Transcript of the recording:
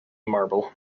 marble